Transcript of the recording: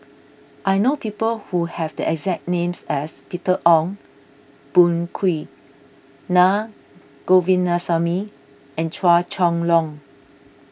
I know people who have the exact names as Peter Ong Boon Kwee Na Govindasamy and Chua Chong Long